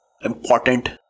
important